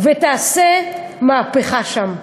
ותעשה מהפכה שם,